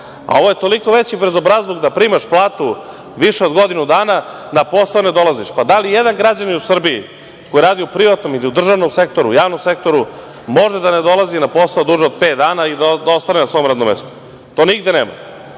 mesto. Ovo je toliko veći bezobrazluk da primaš platu više od godinu dana, na posao ne dolaziš. Pa, da li ijedan građanin u Srbiji, koji radi u privatnom ili u državnim sektoru, javnom sektoru, može da ne dolazi na posao duže od pet dana i da ostane na svom radnom mestu? To nigde nema.